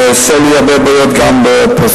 זה עושה לי הרבה בעיות גם בפריפריה,